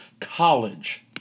College